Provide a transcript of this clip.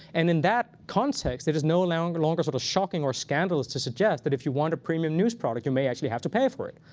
and in that context, it is no longer longer sort of shocking or scandalous to suggest that if you want a premium news product, you may actually have to pay for it.